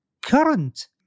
current